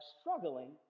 struggling